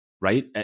right